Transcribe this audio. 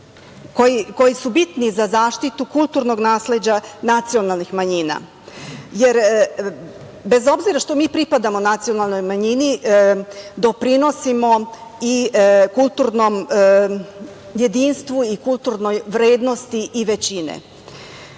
koji su bitni za zaštitu kulturnog nasleđa nacionalnih manjina. Jer, bez obzira što mi pripadamo nacionalnoj manjini, doprinosimo i kulturnom jedinstvu i kulturnoj vrednosti i većine.